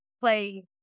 play